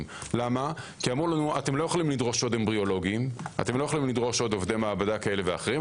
כי אמרו לנו: אתם לא יכולים לדרוש עוד עובדי מעבדה כאלה ואחרים,